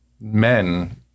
men